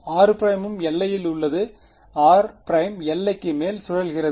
r ம் எல்லையில் உள்ளது r எல்லைக்கு மேல் சுழல்கிறது